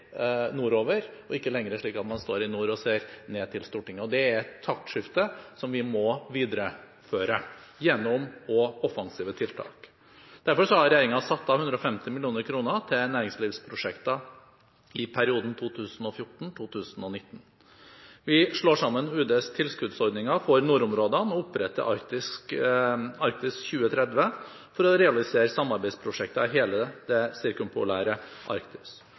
nordover, og ikke lenger slik at man står i nord og ser ned til Stortinget. Det er et taktskifte som vi må videreføre gjennom offensive tiltak. Derfor har regjeringen satt av 150 mill. kr til næringslivsprosjekter i perioden 2014–2019. Vi slår sammen Utenriksdepartementets tilskuddsordninger for nordområdene og oppretter Arktis 2030 for å realisere samarbeidsprosjekter i hele det sirkumpolære Arktis.